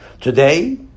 Today